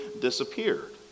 disappeared